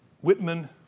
Whitman